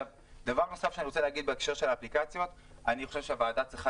דבר נוסף שאני רוצה להגיד בהקשר של אפליקציות אני חושב שהוועדה צריכה